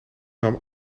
nam